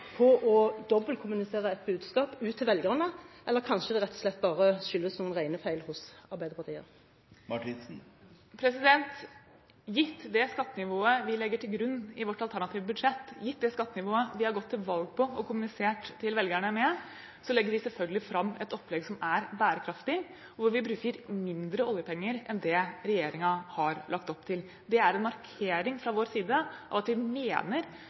på å dobbeltkommunisere et budskap ut til velgerne, eller skyldes det kanskje rett og slett bare noen regnefeil hos Arbeiderpartiet? Gitt det skattenivået vi legger til grunn i vårt alternative budsjett, og gitt det skattenivået vi har gått til valg på og kommunisert til velgerne, legger vi selvfølgelig fram et opplegg som er bærekraftig, og hvor vi bruker mindre oljepenger enn det regjeringen har lagt opp til. Det er en markering fra vår side av at vi mener